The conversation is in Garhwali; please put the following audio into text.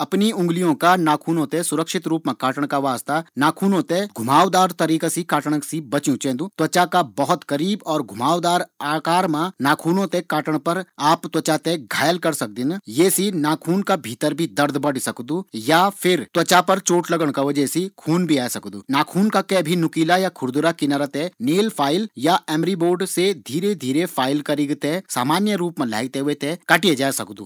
अपनी उंगलियों का नाखुनों थें सुरक्षित रूप मा काटण का वास्ता नाखुनों थें घुमावदार तरीका से काटण से बच्यूं चैन्दु।